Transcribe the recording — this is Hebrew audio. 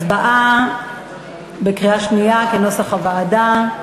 הצבעה בקריאה שנייה, כנוסח הוועדה.